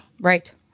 Right